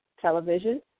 television